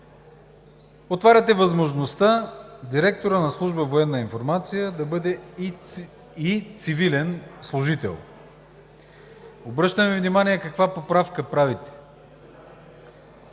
отваряте възможността директорът на Служба „Военна информация“ да бъде и цивилен служител. Обръщам Ви внимание каква поправка правите